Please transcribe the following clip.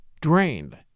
drained